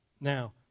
Now